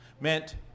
meant